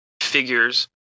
figures